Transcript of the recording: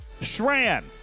Shran